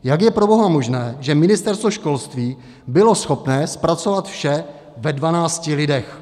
Jak je proboha možné, že Ministerstvo školství bylo schopné zpracovat vše ve 12 lidech?